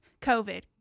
COVID